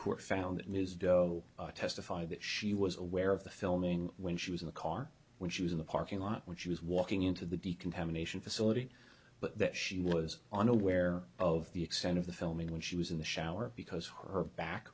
court found that ms doe testified that she was aware of the filming when she was in the car when she was in the parking lot when she was walking into the decontamination facility but that she was on aware of the extent of the filming when she was in the shower because her back